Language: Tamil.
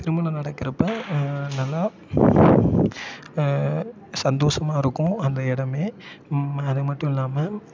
திருமணம் நடக்கிறப்ப நல்லா சந்தோஷமா இருக்கும் அந்த இடமே அது மட்டும் இல்லாமல்